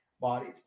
bodies